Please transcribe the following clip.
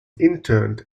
interred